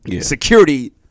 security